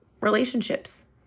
relationships